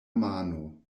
mano